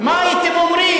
מה הייתם אומרים?